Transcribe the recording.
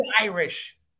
irish